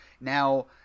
now